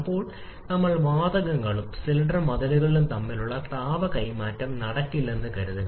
അപ്പോൾ നമ്മൾ വാതകങ്ങളും സിലിണ്ടർ മതിലുകളും തമ്മിൽ താപ കൈമാറ്റം നടക്കില്ലെന്ന് കരുതുക